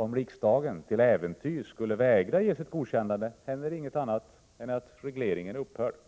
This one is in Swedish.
Om riksdagen till äventyrs skulle vägra ge sitt godkännande, händer inget annat än att regleringen upphör att gälla.